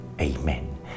amen